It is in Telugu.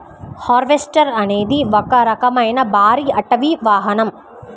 హార్వెస్టర్ అనేది ఒక రకమైన భారీ అటవీ వాహనం